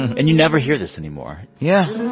and you never hear this anymore yeah